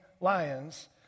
lions